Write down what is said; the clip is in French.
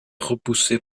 repoussé